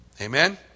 Amen